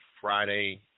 Friday